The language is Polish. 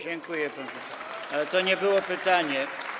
Dziękuję panu, ale to nie było pytanie.